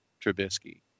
Trubisky